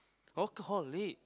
okay how late